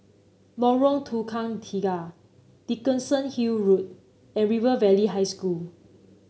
Lorong Tukang Tiga Dickenson Hill Road and River Valley High School